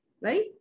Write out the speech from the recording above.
Right